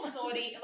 sorry